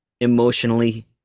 emotionally